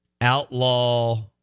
outlaw